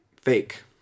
fake